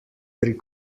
pri